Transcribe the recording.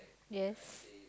yes